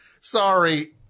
sorry